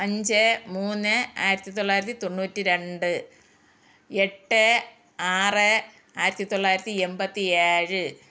അഞ്ച് മൂന്ന് ആയിരത്തി തൊള്ളായിരത്തി തൊണ്ണൂറ്റി രണ്ട് എട്ട് ആറ് ആയിരത്തി തൊള്ളായിരത്തി എൺപത്തി ഏഴ്